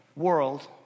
World